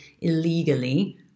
illegally